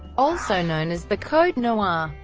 also known as the code noir.